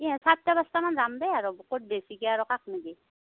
এ সাতটা দছটামান যাম দে আৰু ক'ত বেছিকৈ আৰু কাক নিবি